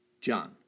John